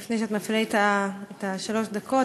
לפני שאת מחשיבה את שלוש הדקות,